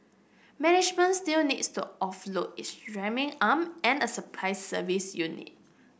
management still needs to offload its drilling arm and a supply service unit